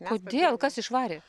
kodėl kas išvarė